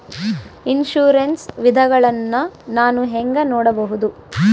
Insurance ವಿಧಗಳನ್ನ ನಾನು ಹೆಂಗ ನೋಡಬಹುದು?